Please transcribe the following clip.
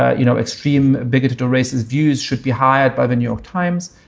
ah you know, extreme, bigoted or racist views should be hired by the new york times.